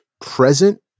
present